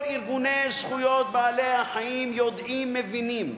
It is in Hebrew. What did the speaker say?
כל ארגוני זכויות בעלי-החיים יודעים, מבינים.